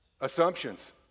Assumptions